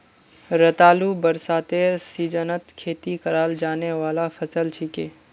रतालू बरसातेर सीजनत खेती कराल जाने वाला फसल छिके